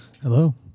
Hello